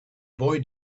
boy